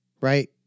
right